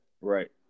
Right